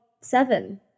Seven